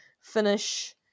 finish